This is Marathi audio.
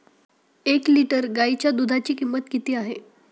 एक लिटर गाईच्या दुधाची किंमत किती आहे?